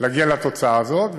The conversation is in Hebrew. להגיע לתוצאה הזאת.